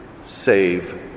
save